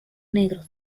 negros